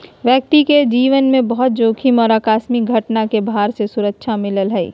व्यक्ति के जीवन में कुछ जोखिम और आकस्मिक घटना के भार से सुरक्षा मिलय हइ